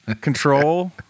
control